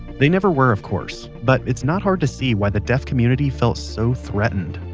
they never were of course, but it's not hard to see why the deaf community felt so threatened,